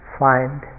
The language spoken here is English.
find